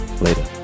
Later